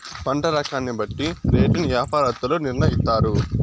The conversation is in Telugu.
పంట రకాన్ని బట్టి రేటును యాపారత్తులు నిర్ణయిత్తారు